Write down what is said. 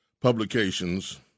publications